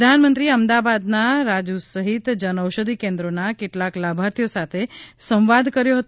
પ્રધાનમંત્રીએ અમદાવાદના રાજુ સહિત જનઔષધિ કેન્દ્રોના કેટલાક લાભાર્થીઓ સાથે સંવાદ કર્યો હતો